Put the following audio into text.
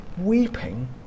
weeping